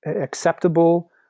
acceptable